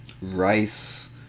rice